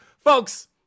Folks